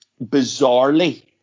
bizarrely